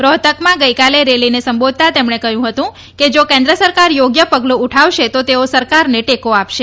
રોહતકમાં ગઈકાલે રેલીને સંબોધતા તેમણે કહ્યું હતું કે જા કેન્દ્ર સરકાર યોગ્ય પગલું ઉઠાવશે તો તેઓ સરકારને ટેકો આપશે